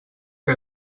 que